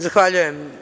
Zahvaljujem.